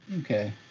Okay